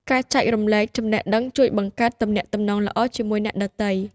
ការចែករំលែកចំណេះដឹងជួយបង្កើតទំនាក់ទំនងល្អជាមួយអ្នកដទៃ។